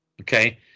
Okay